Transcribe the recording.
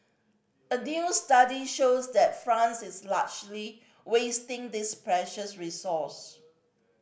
a new study shows that France is largely wasting this precious resource